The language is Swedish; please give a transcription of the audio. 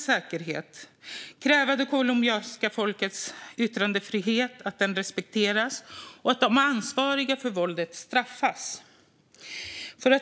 Vi måste kräva att det colombianska folkets yttrandefrihet respekteras och att de ansvariga för våldet straffas.